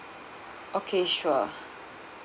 okay sure